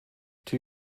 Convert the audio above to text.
two